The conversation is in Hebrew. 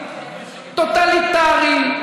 טוטליטרי,